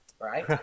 right